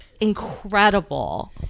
incredible